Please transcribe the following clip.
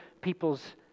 people's